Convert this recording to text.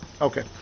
Okay